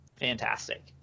Fantastic